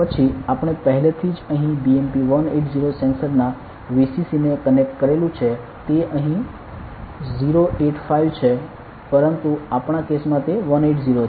પછી આપણે પહેલેથી જ અહીં BMP 180 સેન્સરના VCCને કનેક્ટ કરેલુ છે તે અહીં 085 છે પરંતુ આપણા કિસ્સામાં તે 180 છે